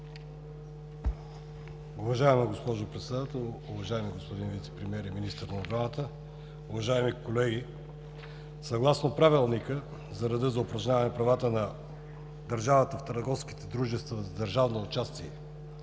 Уважаема госпожо Председател, уважаеми господин Вицепремиер и министър на отбраната. Уважаеми колеги, съгласно Правилника за реда за упражняване правата на държавата в търговските дружества с държавно участие